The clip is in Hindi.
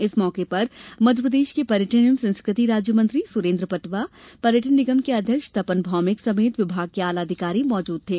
इस मौके पर मध्यप्रदेश के पर्यटन एवं संस्कृति राज्यमंत्री सुरेन्द्र पटवा पर्यटन निगम के अध्यक्ष तपन भौमिक समेत विभाग के आला अधिकारी मौजूद थे